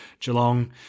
Geelong